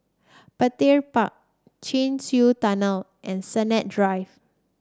Petir Park Chin Swee Tunnel and Sennett Drive